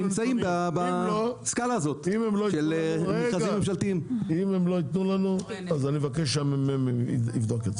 אם הם לא ייתנו לנו, אני אבקש שהממ"מ יבדוק את זה.